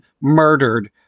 murdered